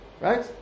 Right